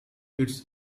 it’s